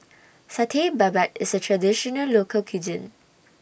Satay Babat IS A Traditional Local Cuisine